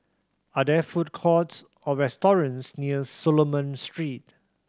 are there food courts or restaurants near Solomon Street